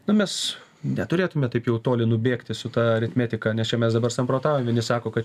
na mes neturėtume taip jau toli nubėgti su ta aritmetika nes čia mes dabar samprotaujam vieni sako kad